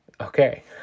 Okay